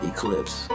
Eclipse